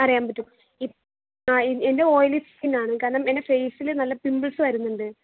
അറിയാൻ പറ്റും ഇ ആ എ എൻ്റെ ഓയിലി സ്കിൻ ആണ് കാരണം എൻ്റെ ഫേസിൽ നല്ല പിമ്പിൾസ് വരുന്നുണ്ട്